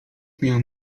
miałem